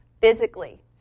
physically